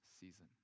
season